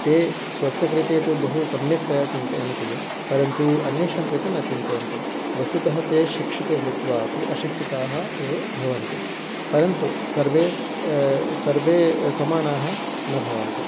ते स्वस्यकृते तु बहु सम्यक्तया चिन्तयन्ति परन्तु अन्येषां कृते न चिन्तयन्ति वस्तुतः ते शिक्षितो भूत्वा अपि अशिक्षिताः एव भवन्ति परन्तु सर्वे सर्वे समानाः न भवन्ति